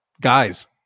guys